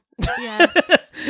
Yes